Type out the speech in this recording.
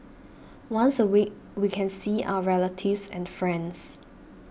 once a week we can see our relatives and friends